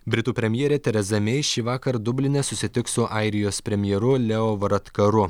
britų premjerė tereza mei šįvakar dubline susitiks su airijos premjeru leo varadkaru